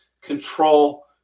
control